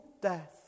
death